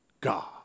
God